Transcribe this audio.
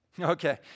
Okay